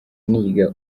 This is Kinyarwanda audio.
niga